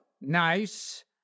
nice